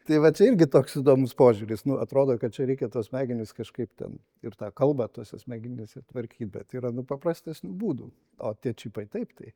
tai va čia irgi toks įdomus požiūris atrodo kad čia reikia tuos smegenis kažkaip ten ir tą kalbą tuose smegenyse tvarkyt bet yra nu paprastesnių būdų o tie čipai taip tai